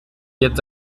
jetzt